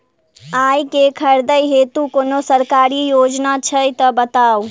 आइ केँ खरीदै हेतु कोनो सरकारी योजना छै तऽ बताउ?